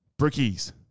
Brickies